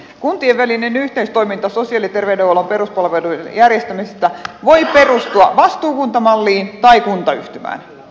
kuntien välinen yhteistoiminta sosiaali ja terveydenhuollon peruspalveluiden järjestämisessä voi perustua vastuukuntamalliin tai kuntayhtymään